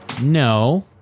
No